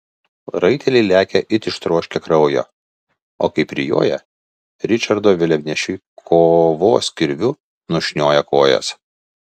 raiteliai lekia it ištroškę kraujo o kai prijoja ričardo vėliavnešiui kovos kirviu nušnioja kojas